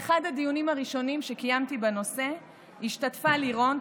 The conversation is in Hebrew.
באחד הדיונים הראשונים שקיימתי בנושא השתתפה לירון,